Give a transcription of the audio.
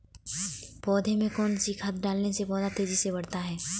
पौधे में कौन सी खाद डालने से पौधा तेजी से बढ़ता है?